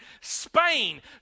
Spain